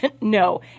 No